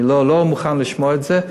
אני לא מוכן לשמוע על זה,